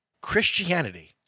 Christianity